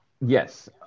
Yes